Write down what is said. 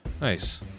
Nice